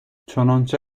چنانچه